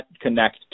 connect